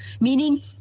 meaning